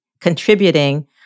contributing